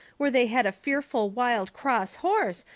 where they had a fearful wild, cross horse,